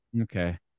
Okay